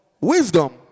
wisdom